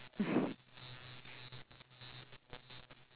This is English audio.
mm